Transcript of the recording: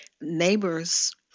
neighbors